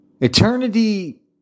Eternity